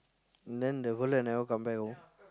then the fellow never come back home